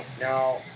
Now